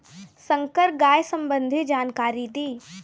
संकर गाय संबंधी जानकारी दी?